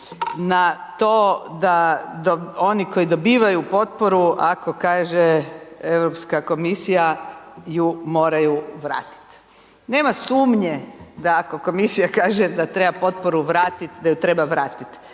na to da oni koji dobivaju potporu ako kaže Europska komisija ju moraju vratiti. Nema sumnje da ako Komisija kaže da treba potporu vratiti, da je treba vratiti.